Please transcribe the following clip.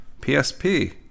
PSP